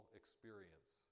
experience